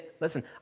listen